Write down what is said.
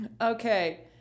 Okay